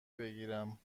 بگیرم